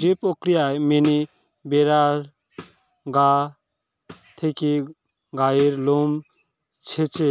যে প্রক্রিয়া মেনে ভেড়ার গা থেকে গায়ের লোম চেঁছে